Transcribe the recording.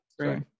sorry